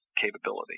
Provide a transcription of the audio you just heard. capability